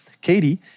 Katie